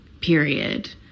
period